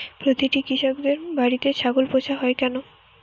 প্রতিটি কৃষকদের বাড়িতে ছাগল পোষা হয় কেন?